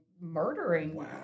murdering